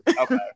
Okay